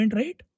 right